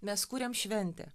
mes kuriam šventę